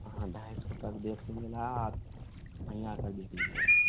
हाँ ढाई सौ तक देख लेंगे वहीं आ कर देख लीजिए